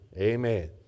Amen